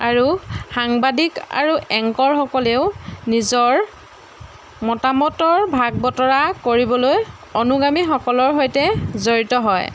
আৰু সাংবাদিক আৰু এংকৰসকলেও নিজৰ মতামতৰ ভাগ বতৰা কৰিবলৈ অনুগামীসকলৰ সৈতে জড়িত হয়